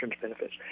benefits